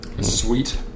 sweet